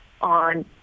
on